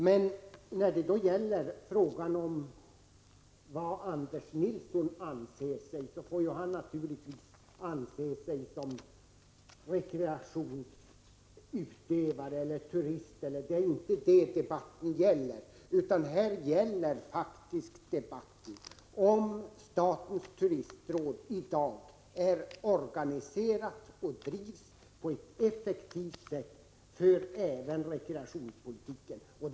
Men när det gäller frågan om vad Anders Nilsson anser sig vara tycker jag att han får vara rekreationsutövare eller turist vilket han vill. Det är inte detta debatten gäller. Debatten gäller faktiskt om statens turistråd i dag är organiserat och bedrivs effektivt även i förhållande till rekreationspolitiken.